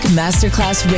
masterclass